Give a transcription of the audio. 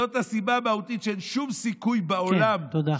זאת הסיבה המהותית שאין שום סיכוי בעולם, תודה.